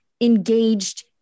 engaged